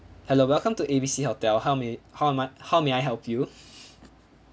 hello welcome to A B C hotel how may how ma~ how may I help you